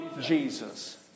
Jesus